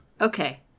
okay